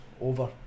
over